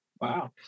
Wow